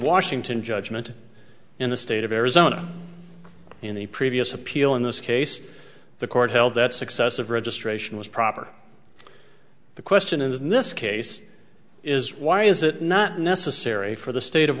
washington judgment in the state of arizona in the previous appeal in this case the court held that successive registration was proper the question in this case is why is it not necessary for the state of